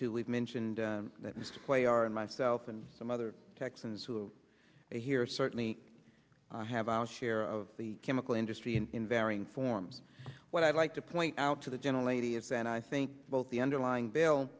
to we've mentioned that player and myself and some other texans who here certainly have our share of the chemical industry in varying forms what i'd like to point out to the gentle lady is and i think both the underlying bill